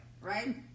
right